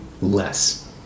less